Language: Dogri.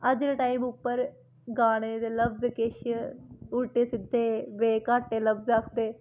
अज्ज दे टाइम उप्पर गाने दे लफ्ज किश उल्टे सिद्धे बे काटे लफ्ज आस्तै